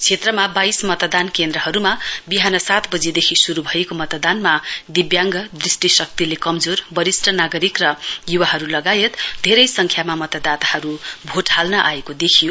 क्षेत्रमा बाइस मतदान केन्द्रहरूमा विहान सात बजीदेखि शुरु भएको मतदानका दिव्याङ्ग दृष्टिशक्तिले कमजोर बरिष्ठ नागरिक र युवाहरू लगायत धेरै संख्यामा मतदाताहरू भोटन हाल्न आएको देखियो